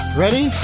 ready